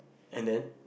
and then